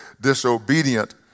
disobedient